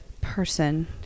person